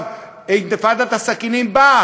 עכשיו אינתיפאדת הסכינים באה,